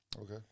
Okay